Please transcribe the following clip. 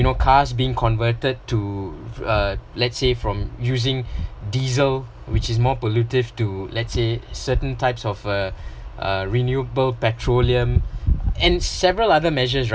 you know cars being converted to uh let’s say from using diesel which is more pollutive to let’s say certain type of uh uh renewable petroleum and several other measures right